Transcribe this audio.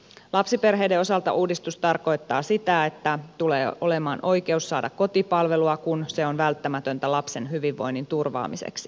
lapsiperheiden osalta uudistus tarkoittaa sitä että tulee olemaan oikeus saada kotipalvelua kun se on välttämätöntä lapsen hyvinvoinnin turvaamiseksi